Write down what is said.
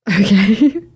Okay